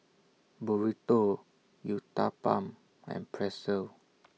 Burrito Uthapam and Pretzel